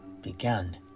began